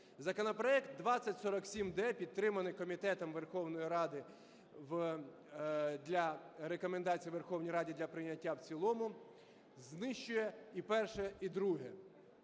Законопроект 2047-д, підтриманий комітетом Верховної Ради для рекомендацій Верховній Раді для прийняття в цілому, знищує і перше і друге.